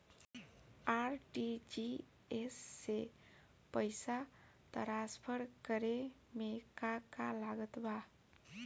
RTGS से पईसा transfer करे मे का का लागत बा?